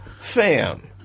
fam